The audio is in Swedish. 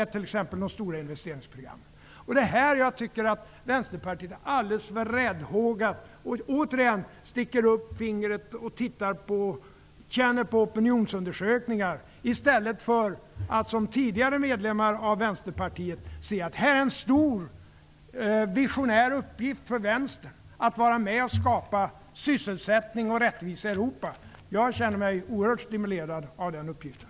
Det är här som Vänsterpartiet är alldeles för räddhågat och återigen sticker upp fingret och känner efter vart opinionsvinden blåser, i stället för att som tidigare medlemmar av Vänsterpartiet se att här finns en stor visionär uppgift för vänstern, att vara med och skapa sysselsättning och rättvisa i Europa. Jag känner mig oerhört stimulerad av den uppgiften.